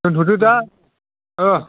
दोनथ'दो दे ओ